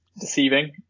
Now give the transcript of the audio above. deceiving